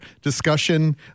discussion